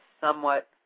somewhat